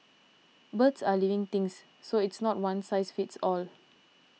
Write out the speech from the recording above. birds are living things so it's not one size fits all